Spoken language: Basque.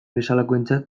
bezalakoentzat